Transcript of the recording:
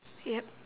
yup